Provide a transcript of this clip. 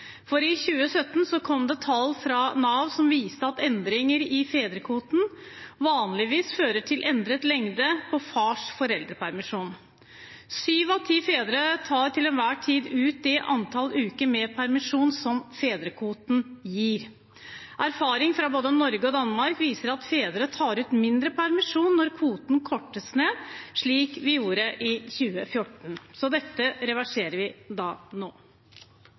for i 2017 kom det tall fra Nav som viste at endringer i fedrekvoten vanligvis fører til endret lengde på fars foreldrepermisjon. Syv av ti fedre tar til enhver tid ut det antall uker med permisjon som fedrekvoten gir. Erfaring fra både Norge og Danmark viser at fedre tar ut mindre permisjon når kvoten kortes ned, slik vi gjorde i 2014. Dette reverserer vi altså nå.